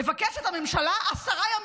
מבקשת הממשלה עשרה ימים.